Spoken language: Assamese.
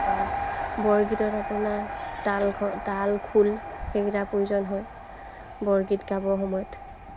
বা বৰগীতত আপোনাৰ তাল খ তাল খোল সেইকেইটা প্ৰয়োজন হয় বৰগীত গাবৰ সময়ত